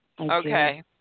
Okay